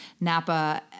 Napa –